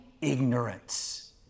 ignorance